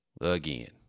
again